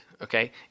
okay